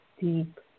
deep